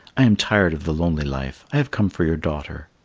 i am tired of the lonely life i have come for your daughter.